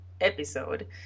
episode